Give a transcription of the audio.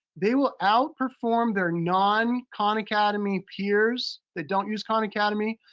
they will out perform their non khan academy peers, that don't use khan academy,